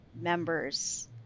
members